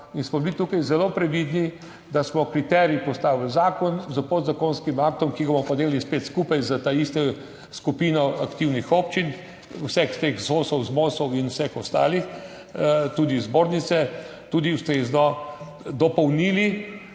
In smo bili tukaj zelo previdni, da smo kriterij postavili zakon s podzakonskim aktom, ki ga bomo pa delali spet skupaj s taisto skupino aktivnih občin, vseh teh ZOS-ov, ZBOS-ov in vseh ostalih, tudi zbornice, tudi ustrezno dopolnili,